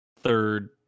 third